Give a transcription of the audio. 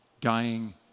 dying